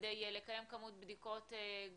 כדי לקיים כמות בדיקות גבוהה,